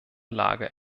lage